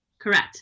Correct